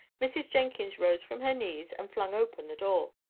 mrs. jenkins rose from her knees and flung open the door.